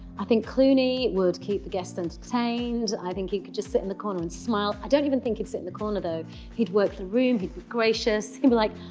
i think clooney would keep the guests entertained. i think he could just sit in the corner and smile. i don't even think he'd sit in the corner, though. he'd work the room, he'd be gracious and be like,